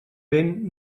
vent